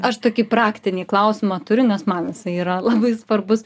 aš tokį praktinį klausimą turiu nes man jisai yra labai svarbus